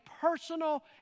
personal